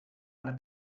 alle